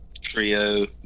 trio